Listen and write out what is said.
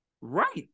Right